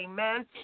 Amen